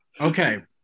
Okay